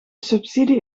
subsidie